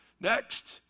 Next